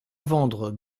vendre